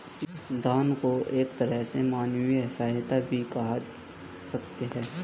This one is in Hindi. दान को एक तरह से मानवीय सहायता भी कह सकते हैं